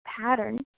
pattern